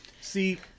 see